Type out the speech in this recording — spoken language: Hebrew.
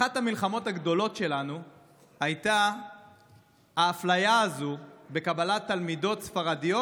אחת המלחמות הגדולות שלנו הייתה האפליה הזו בקבלת תלמידות ספרדיות